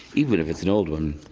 even if it's an old one.